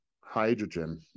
hydrogen